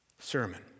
sermon